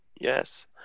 Yes